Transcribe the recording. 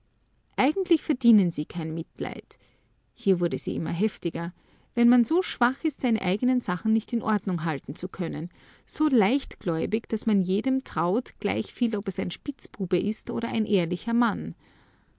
eigentlich verdienen sie kein mitleid hier wurde sie immer heftiger wenn man so schwach ist seine eigenen sachen nicht in ordnung halten zu können so leichtgläubig daß man jedem traut gleichviel ob es ein spitzbube ist oder ein ehrlicher mann